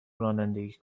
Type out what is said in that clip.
رانندگی